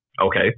okay